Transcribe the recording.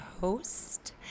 host